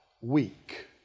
weak